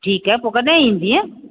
ठीकु आहे पोइ कॾहिं ईंदीअ